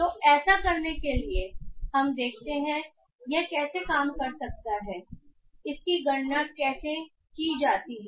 तो ऐसा करने के लिएहमें देखते हैं यह कैसे काम करता है इसकी गणना कैसे की जाती है